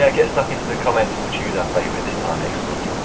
yeah get stuck into the comments and we'll choose our favorite this time next week.